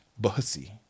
Bussy